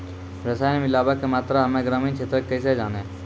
रसायन मिलाबै के मात्रा हम्मे ग्रामीण क्षेत्रक कैसे जानै?